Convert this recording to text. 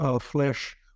flesh